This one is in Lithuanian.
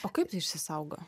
o kaip tai išsisaugo